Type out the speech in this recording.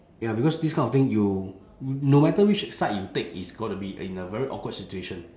ya because this kind of thing you no matter which side you take it's gotta be in a very awkward situation